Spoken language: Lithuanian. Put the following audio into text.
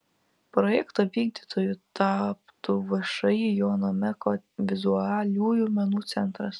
projekto vykdytoju taptų všį jono meko vizualiųjų menų centras